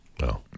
No